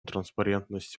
транспарентность